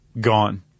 gone